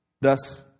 Thus